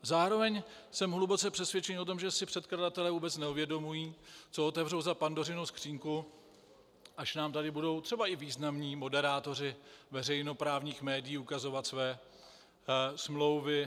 Zároveň jsem hluboce přesvědčen o tom, že si předkladatelé vůbec neuvědomují, co otevřou za Pandořinu skříňku, až nám tady budou třeba i významní moderátoři veřejnoprávních médiích ukazovat své smlouvy apod.